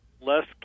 less